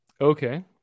Okay